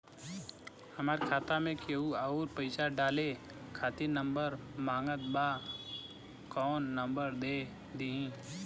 हमार खाता मे केहु आउर पैसा डाले खातिर नंबर मांगत् बा कौन नंबर दे दिही?